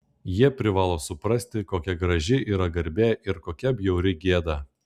jie privalo suprasti kokia graži yra garbė ir kokia bjauri gėda